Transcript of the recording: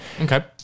Okay